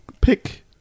pick